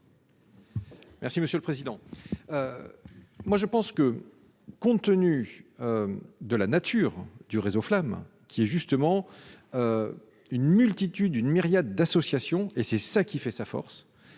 Merci monsieur le président, moi je pense que compte tenu de la nature du réseau flamme qui est justement une multitude, une myriade d'associations et c'est ça qui fait sa force